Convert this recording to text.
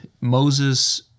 Moses